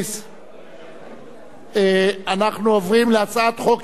אנחנו עוברים להצעת חוק-יסוד: נשיא המדינה (תיקון,